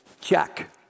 Check